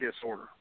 disorder